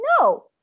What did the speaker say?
no